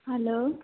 hello